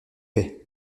paye